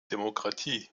demokratie